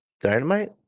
dynamite